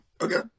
Okay